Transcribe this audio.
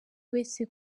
wese